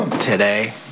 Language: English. today